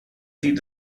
sieht